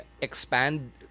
Expand